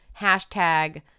Hashtag